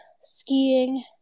skiing